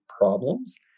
problems